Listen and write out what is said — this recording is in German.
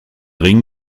ring